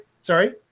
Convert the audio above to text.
sorry